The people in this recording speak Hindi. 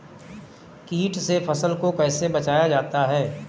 कीट से फसल को कैसे बचाया जाता हैं?